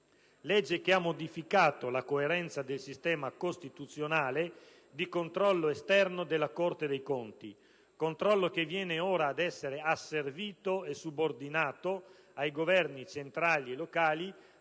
che ha modificato la coerenza del sistema costituzionale di controllo esterno della Corte dei conti, controllo che viene ora ad essere asservito e subordinato ai Governi centrali e locali,